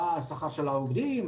מה העלות של העובדים,